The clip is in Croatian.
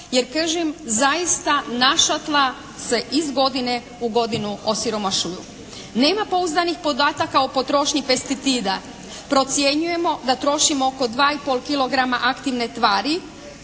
jer kažem zaista naša tla se iz godine u godinu osiromašuju. Nema pouzdanih podataka o potrošnji pesticida. Procjenjujemo da trošimo oko 2 i pol kilograma aktivne tvari.